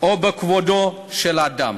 או בכבודו של אדם.